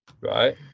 Right